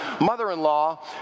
mother-in-law